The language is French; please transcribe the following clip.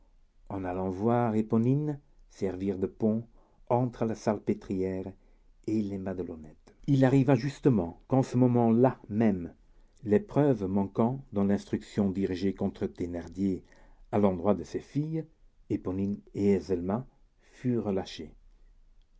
en allant voir éponine servir de pont entre la salpêtrière et les madelonnettes il arriva justement qu'en ce moment-là même les preuves manquant dans l'instruction dirigée contre thénardier à l'endroit de ses filles éponine et azelma furent relâchées